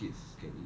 soup